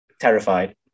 Terrified